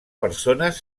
persones